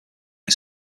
its